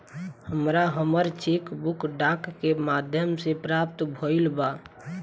हमरा हमर cheque book डाक के माध्यम से प्राप्त भईल बा